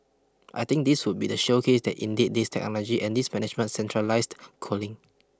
I think this would be the showcase that indeed this technology and this management centralised cooling